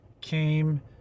came